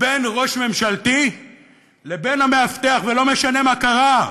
בין ראש ממשלתי לבין המאבטח, ולא משנה מה קרה,